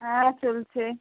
হ্যাঁ চলছে